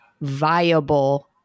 viable